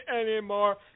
anymore